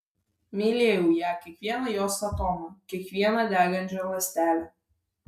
mylėjau ją kiekvieną jos atomą kiekvieną degančią ląstelę